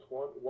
one